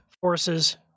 Forces